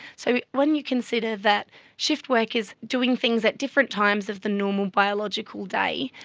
so when you consider that shift-workers doing things at different times of the normal biological day,